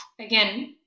again